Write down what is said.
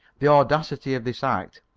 the audacity of this act,